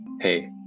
hey